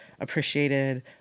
appreciated